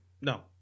No